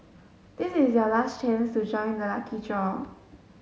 this is your last chance to join the lucky draw